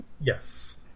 Yes